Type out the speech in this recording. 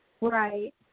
Right